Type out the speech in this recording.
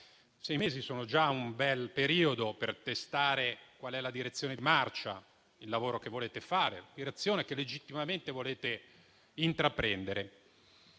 sei mesi sono già un bel periodo per testare la direzione di marcia, il lavoro che volete fare e il percorso che legittimamente volete intraprendere.